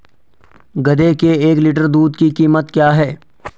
गधे के एक लीटर दूध की कीमत क्या है?